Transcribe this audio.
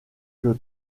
que